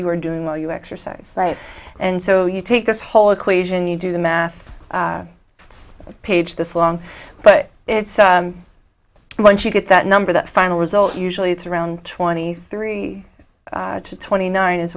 you are doing while you exercise and so you take this whole equation you do the math it's page this long but it's what you get that number that final result usually it's around twenty three to twenty nine